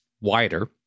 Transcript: wider